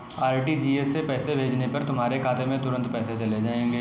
RTGS से पैसे भेजने पर तुम्हारे खाते में तुरंत पैसे चले जाएंगे